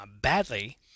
badly